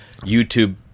YouTube